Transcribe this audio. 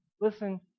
Listen